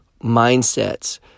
mindsets